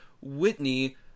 Whitney